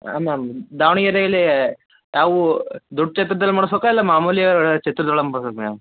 ಹಾಂ ಮ್ಯಾಮ್ ದಾವಣಗೆರೆಯಲ್ಲಿ ಯಾವುವು ದೊಡ್ಡ ಛತ್ರದಲ್ಲಿ ಮಾಡ್ಸ್ಬೇಕಾ ಇಲ್ಲ ಮಾಮೂಲಿ ಛತ್ರದೊಳಗೆ ಮಾಡ್ಸ್ಬೇಕಾ ಮ್ಯಾಮ್